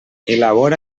elabora